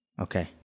Okay